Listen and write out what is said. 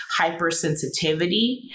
hypersensitivity